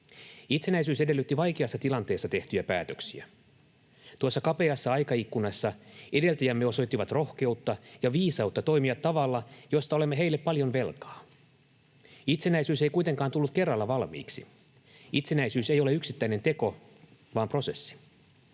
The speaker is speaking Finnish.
Itsenäisyys edellytti vaikeassa tilanteessa tehtyjä päätöksiä. Tuossa kapeassa aikaikkunassa edeltäjämme osoittivat rohkeutta ja viisautta toimia tavalla, josta olemme heille paljon velkaa. Itsenäisyys ei kuitenkaan tullut kerralla valmiiksi. Itsenäisyys ei ole yksittäinen teko vaan prosessi.